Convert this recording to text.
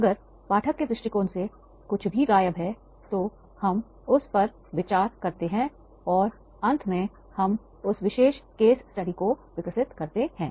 अगर पाठक के दृष्टिकोण से कुछ भी गायब है तो हम उस पर विचार करते हैं और अंत में हम उस विशेष केस स्टडी को विकसित करते हैं